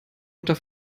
mutter